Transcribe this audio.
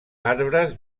arbres